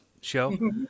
show